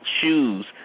shoes